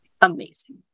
Amazing